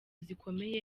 zikomeye